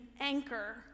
anchor